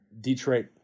Detroit